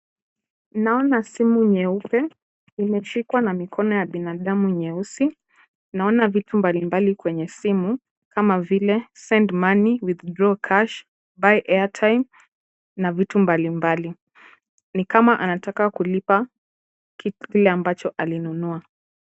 Naona simu nyeupe . Imeshikwa na mikono ya binadamu nyeusi. Naona vitu mbali mbali kwenye simu kama vile send money, withdraw cash, buy airtime na vitu mbali mbali. Ni kama anataka kulipa kile ambacho alinunua.